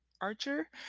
archer